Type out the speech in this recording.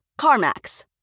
CarMax